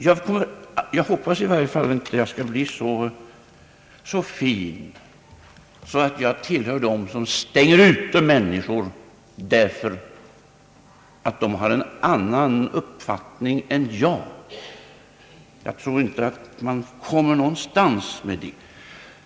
Jag hoppas i varje fall inte att jag skall bli så fin, att jag kommer att tillhöra dem som utestänger människor därför att de har en annan uppfattning än jag. Jag tror inte att man kommer någonstans med detta.